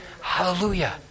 hallelujah